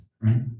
right